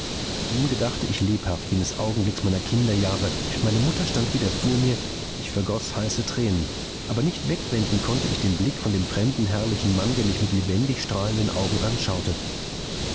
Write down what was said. nun gedachte ich lebhaft jenes augenblicks meiner kinderjahre meine mutter stand wieder vor mir ich vergoß heiße tränen aber nicht wegwenden konnte ich den blick von dem fremden herrlichen mann der mich mit lebendig strahlenden augen anschaute